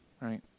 right